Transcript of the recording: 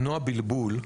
למנוע בלבול,